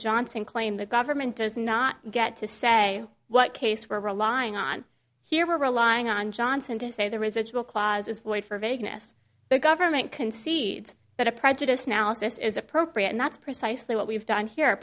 johnson claim the government does not get to say what case we're relying on here we're relying on johnson to say the residual clause is void for vagueness the government concedes that a prejudiced now this is appropriate and that's precisely what we've done here